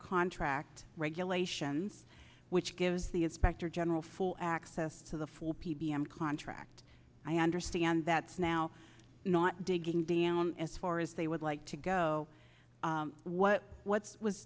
contract regulations which gives the inspector general full access to the full p b m contract i understand that's now not digging down as far as they would like to go what what's was